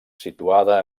situada